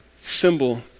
symbol